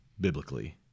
biblically